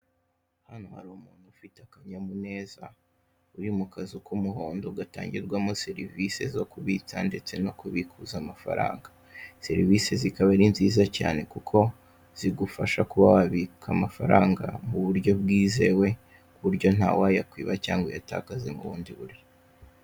Hano hari umuntu ufite akanyamuneza, uri mukazu k'umuhondo gatangirwa mo serivise zo kubitsa ndetse no kubikuza amafaranga, serivise zikaba ari nziza cyane kuko, zigushafa kuba wabika amafaranga mu buryo bwizewe ku buryo nta wayakwiba cyangwa uyatakaze mu bundi buryo.